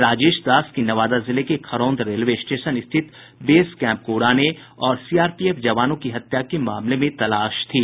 राजेश दास की नवादा जिले के खरौंध रेलवे स्टेशन स्थित बेस कैंप को उड़ाने और सीआरपीएफ जवानों की हत्या के मामले में तलाश थी